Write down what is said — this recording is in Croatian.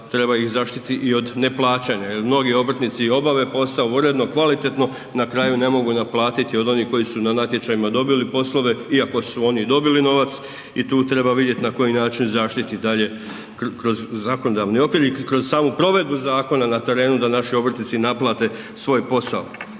treba ih zaštiti i od neplaćanja jer mnogi obrtnici i obave posao i uredno kvalitetno, na kraju ne mogu naplatiti od onih koji su na natječajima dobili poslove iako su oni dobili novac i tu treba vidjeti na koji način zaštiti dalje kroz zakonodavni okvir i kroz samu provedbu zakona na terenu da naši obrtnici naplate svoj posao.